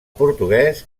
portuguès